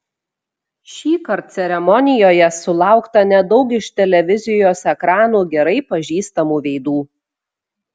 šįkart ceremonijoje sulaukta nedaug iš televizijos ekranų gerai pažįstamų veidų